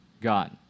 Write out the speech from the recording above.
god